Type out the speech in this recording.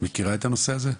את מכירה את הנושא הזה?